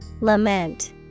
Lament